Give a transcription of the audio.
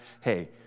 Hey